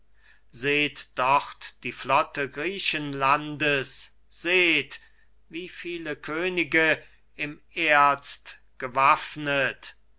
seht dort die flotte griechenlandes seht wie viele könige in erz gewaffnet